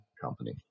Company